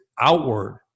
outward